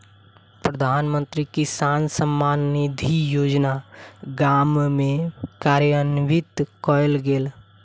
प्रधानमंत्री किसान सम्मान निधि योजना गाम में कार्यान्वित कयल गेल